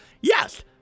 Yes